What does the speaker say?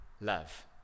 love